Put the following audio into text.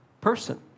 person